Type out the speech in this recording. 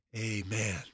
amen